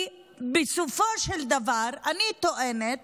כי בסופו של דבר, אני טוענת